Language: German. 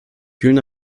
kühlen